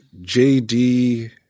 JD